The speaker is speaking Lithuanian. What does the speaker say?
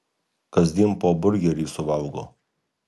kasdien po burgerį suvalgo